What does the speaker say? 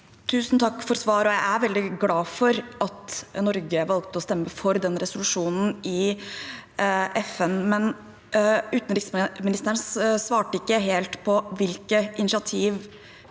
Tusen takk for svaret. Jeg er veldig glad for at Norge valgte å stemme for den resolusjonen i FN, men utenriksministeren svarte ikke helt på hvilke konkrete initiativ